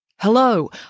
Hello